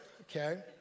Okay